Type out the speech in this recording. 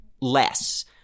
less